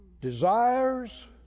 desires